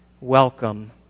Welcome